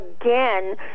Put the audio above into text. again